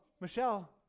Michelle